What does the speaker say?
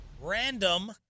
random